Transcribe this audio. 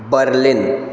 Berlin